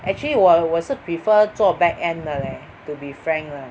actually 我我是 prefer 做 backend 的 leh to be frank lah